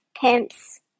pimps